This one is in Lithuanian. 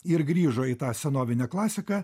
ir grįžo į tą senovinę klasiką